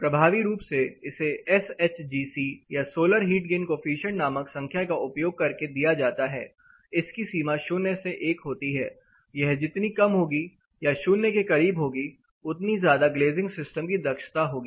प्रभावी रूप से इसे एस एच जी सी या सोलर हीट गेन कोफिशिएंट नामक संख्या का उपयोग करके दिया जाता है इसकी सीमा 0 से 1 होती है यह जितनी कम होगी या 0 के करीब होगी है उतनी ज्यादा ग्लेज़िंग सिस्टम की दक्षता होगी